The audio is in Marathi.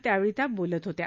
त्यावेळी त्या बोलत होत्या